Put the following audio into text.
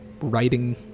writing